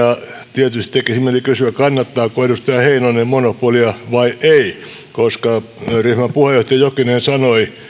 tietysti tekisi mieli kysyä kannattaako edustaja heinonen monopolia vai ei koska ryhmän puheenjohtaja jokinen sanoi